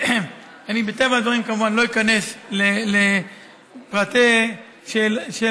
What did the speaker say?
מטבע הדברים, כמובן, לא איכנס לפרטי שאלתך.